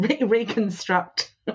Reconstruct